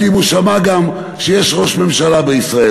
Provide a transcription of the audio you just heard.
לי אם הוא שמע גם שיש ראש ממשלה בישראל.